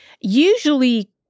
usually